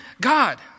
God